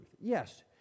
Yes